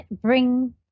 bring